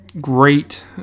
great